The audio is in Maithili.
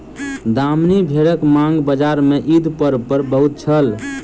दामनी भेड़क मांग बजार में ईद पर्व पर बहुत छल